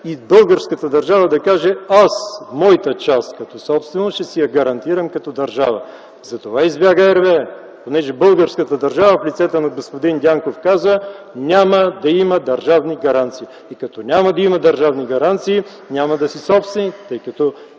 и българската държава да каже: моята част като собственост аз ще си я гарантирам като държава. Затова избяга RWЕ, понеже българската държава в лицето на господин Дянков каза: няма да има държавни гаранции! И като няма да има държавни гаранции, няма да си собственик, тъй като